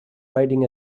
riding